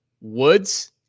Woods